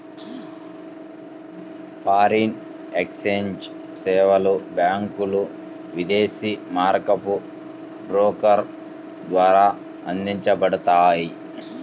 foreign exchange సేవలు బ్యాంకులు, విదేశీ మారకపు బ్రోకర్ల ద్వారా అందించబడతాయి